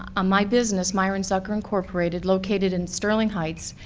ah ah my business, myron zucker incorporated, located in sterling heights,